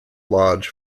lodge